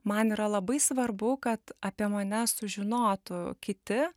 man yra labai svarbu kad apie mane sužinotų kiti